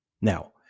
Now